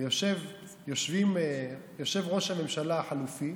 יושב ראש הממשלה החלופי